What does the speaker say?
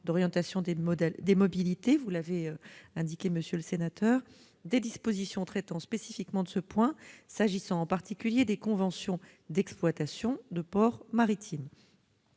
d'orientation des mobilités, que vous avez évoqué, monsieur le sénateur, des dispositions traitant spécifiquement de ce point, s'agissant en particulier des conventions d'exploitation de ports maritimes.